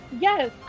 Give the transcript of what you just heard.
Yes